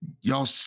y'all